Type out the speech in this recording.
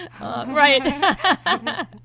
right